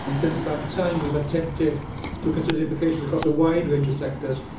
and since that time, we've attempted to consider the implications across a wide range of sectors,